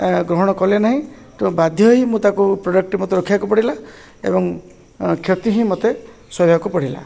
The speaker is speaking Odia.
ଗ୍ରହଣ କଲେ ନାହିଁ ତେଣୁ ବାଧ୍ୟ ହିଁ ମୁଁ ତାକୁ ପ୍ରଡ଼କ୍ଟଟି ମୋତେ ରଖିବାକୁ ପଡ଼ିଲା ଏବଂ କ୍ଷତି ହିଁ ମୋତେ ସହିବାକୁ ପଡ଼ିଲା